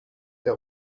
der